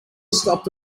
stopped